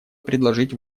предложить